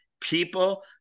People